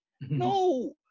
no